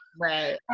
right